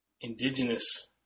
indigenous